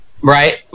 Right